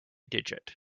digit